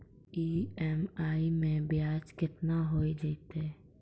EMI मैं ब्याज केतना हो जयतै?